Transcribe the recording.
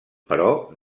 però